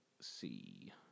see